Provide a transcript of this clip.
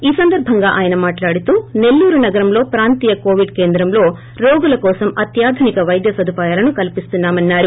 ఈ సందర్బంగా ఆయన మాట్లాడుతూ నెల్లూరు నగరంలో ప్రాంతీయ కోవీడ్ కేంద్రంలో రోగుల కోసం అత్యదునిక వైద్య సదుపాయాలను కల్పిస్తున్నామని అన్నారు